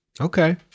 Okay